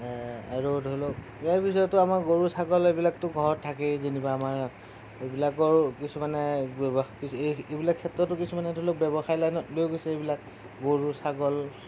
আৰু ধৰি লওঁক ইয়াৰ পিছতো আমাৰ গৰু ছাগলী এইবিলাকতো ঘৰত থাকেই যেনিবা আমাৰ এইবিলাকৰ কিছুমানে ব্য়ৱসা এইবিলাক ক্ষেত্ৰতো কিছুমানে ধৰি লওঁক ব্যৱসায় লাইনত লৈ গৈছে এইবিলাক গৰু ছাগল